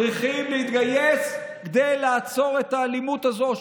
צריכים להתגייס כדי לעצור את האלימות הזאת,